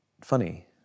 funny